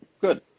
good